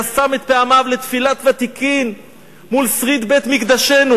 היה שם את פעמיו לתפילת ותיקין מול שריד בית-מקדשנו.